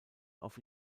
auf